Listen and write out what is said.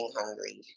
hungry